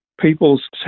people's